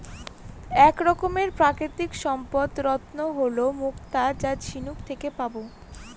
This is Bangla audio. এক রকমের প্রাকৃতিক সম্পদ রত্ন হল মুক্তা যা ঝিনুক থেকে পাবো